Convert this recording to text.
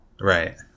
Right